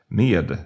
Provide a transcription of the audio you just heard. med